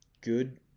Good